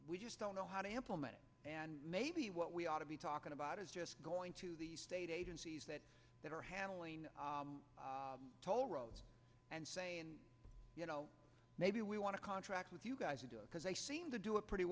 we just don't know how to implement it and maybe what we ought to be talking about is just going to the state agencies that that are handling toll roads and say you know maybe we want to contract with you guys to do it because they seem to do a pretty